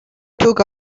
took